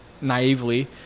naively